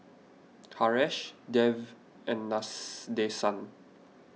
Haresh Dev and Nadesan